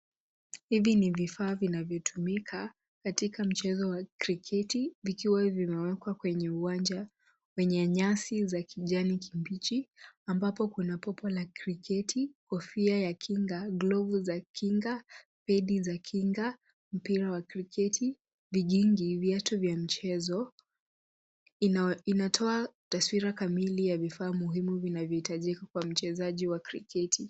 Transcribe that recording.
Hivi ni vifaa vinavyotumika katika mchezo wa kriketi, vikiwa hivi vimewekwa kwenye uwanja wenye nyasi za kijani kibichi, ambapo kuna papo la kriketi, kofia ya kinga, glovu za kinga, pedi za kinga, mpira wa kriketi, vikingi, vyatu vya mchezo. Inatoa taswira kamili ya vifaa muhimu vinavyohitajika kwa mchezaji wa kriketi.